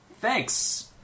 Thanks